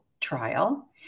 trial